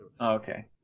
okay